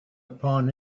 upon